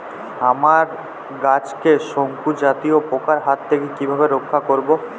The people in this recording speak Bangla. আমার গাছকে শঙ্কু জাতীয় পোকার হাত থেকে কিভাবে রক্ষা করব?